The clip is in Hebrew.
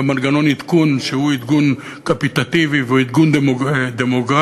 במנגנון עדכון שהוא עדכון קפיטטיבי והוא עדכון דמוגרפי,